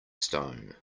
stone